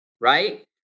right